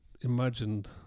imagined